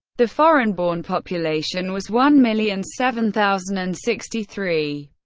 the foreign-born population was one million seven thousand and sixty three.